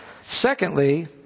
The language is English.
Secondly